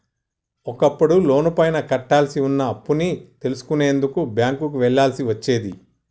ఒకప్పుడు లోనుపైన కట్టాల్సి వున్న అప్పుని తెలుసుకునేందుకు బ్యేంకుకి వెళ్ళాల్సి వచ్చేది